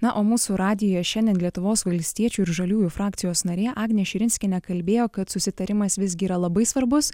na o mūsų radijuje šiandien lietuvos valstiečių ir žaliųjų frakcijos narė agnė širinskienė kalbėjo kad susitarimas visgi yra labai svarbus